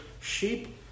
sheep